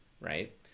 right